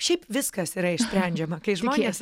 šiaip viskas yra išsprendžiama kai žmonės